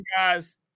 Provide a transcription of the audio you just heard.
guys